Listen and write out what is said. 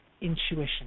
intuition